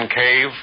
cave